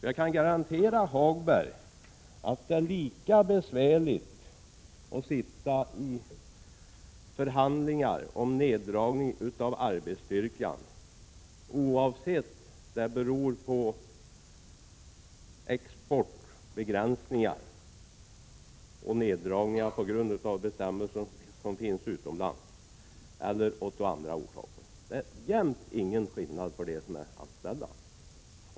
Jag kan garantera Hagberg att det är lika besvärligt att sitta i förhandlingar om neddragning av arbetsstyrkan, oavsett om det beror på exportbegränsningar eller andra bestämmelser utomlands eller på andra omständigheter. Det är ingen skillnad för dem som är anställda.